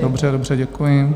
Dobře, dobře, děkuji.